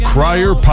Crier